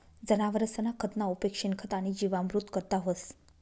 जनावरसना खतना उपेग शेणखत आणि जीवामृत करता व्हस